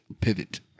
pivot